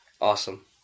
Awesome